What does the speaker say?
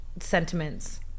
sentiments